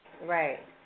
Right